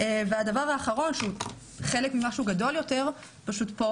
והדבר האחרון, שהוא חלק ממשהו גדול יותר, פשוט פה